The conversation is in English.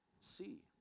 see